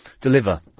deliver